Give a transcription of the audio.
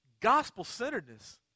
gospel-centeredness